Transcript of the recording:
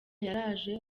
yaraje